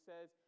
says